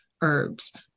herbs